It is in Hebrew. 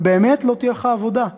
אבל לא באמת תהיה לך עבודה,